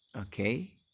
Okay